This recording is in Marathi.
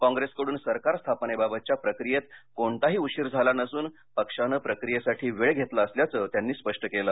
काँग्रेसकडून सरकार स्थापनेबाबतच्या प्रक्रियेत कोणताही उशीर झाला नसून पक्षानं प्रक्रियेसाठी वेळ घेतला असल्याचं त्यांनी स्पष्ट केलं